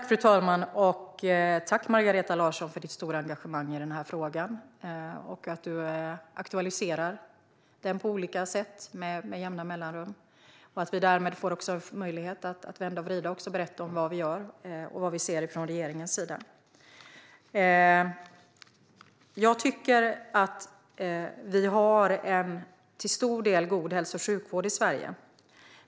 Fru talman! Tack, Margareta Larsson, för ditt stora engagemang i den här frågan! Du aktualiserar den på olika sätt med jämna mellanrum. Vi får därmed möjlighet att vända och vrida på den och berätta om vad vi gör och vad vi ser från regeringens sida. Jag tycker att vi har en till stor del god hälso och sjukvård i Sverige.